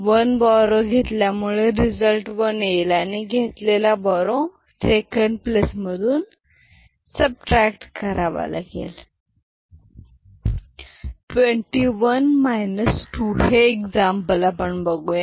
one borrow घेतल्यामुळे result one येईल आणि घेतलेला बोरो सेकंड प्लेस मधून सबट्रॅक्ट करावा लागेल 0-00 1-01 1-10 0-10-11 21 2 हे एक्झाम्पल बघूया